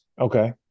Okay